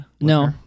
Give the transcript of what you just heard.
No